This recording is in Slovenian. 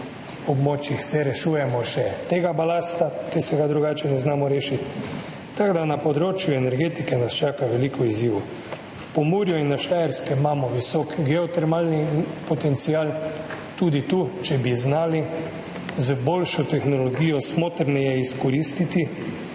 območjih rešujemo še ta balast, ki se ga drugače ne znamo rešiti. Tako, da nas na področju energetike čaka veliko izzivov. V Pomurju in na Štajerskem imamo visok geotermalni potencial in tudi tu, če bi znali z boljšo tehnologijo smotrneje izkoristiti